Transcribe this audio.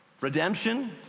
Redemption